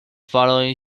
following